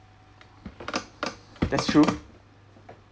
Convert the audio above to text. that's true